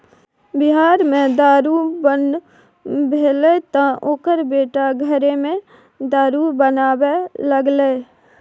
बिहार मे दारू बन्न भेलै तँ ओकर बेटा घरेमे दारू बनाबै लागलै